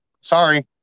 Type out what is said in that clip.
Sorry